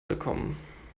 willkommen